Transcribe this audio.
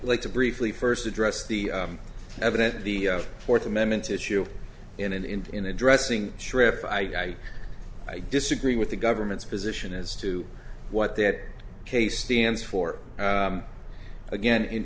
like to briefly first address the evidence of the fourth amendment issue in and in in addressing shrift i i disagree with the government's position as to what that case stands for again in